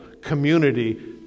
community